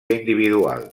individual